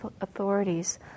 authorities